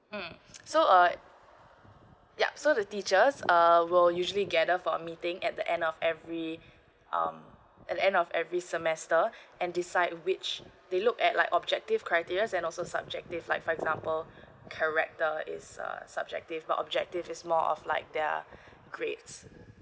mm so err yup so the teachers um will usually gather for a meeting at the end of every um at the end of every semester and decide which they look at like objective criteria and also subjective like for example character is err subjective but objective is more of like their grades mm